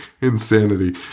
insanity